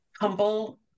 humble